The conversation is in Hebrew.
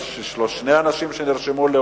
התש"ע 2010, נתקבל.